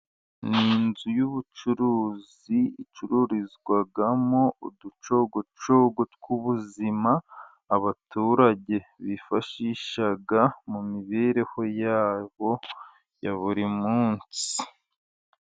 Ni inzu y'ubucuruzi icururizwagamo uducogocogo tw'ubuzima, abaturage bifashishaga mu mibereho yabo ya buri munsi.